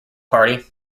party